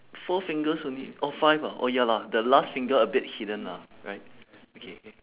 four fingers only orh five ah orh ya lah the last finger a bit hidden lah right okay